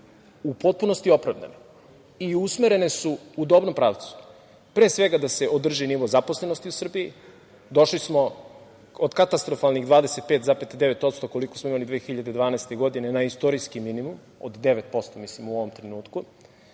u potpunosti opravdane i usmerene su u dobrom pravcu, pre svega, da se održi nivo zaposlenosti u Srbiji. Došli smo od katastrofalnih 25,9%, koliko smo imali 2012. godine, na istorijski minimum od 9% u ovom trenutku,